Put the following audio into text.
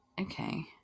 okay